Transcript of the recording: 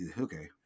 okay